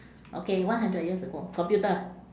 okay one hundred years ago computer